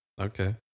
Okay